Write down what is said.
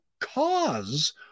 cause